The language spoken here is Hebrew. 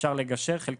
ואפשר לגשר עליהם.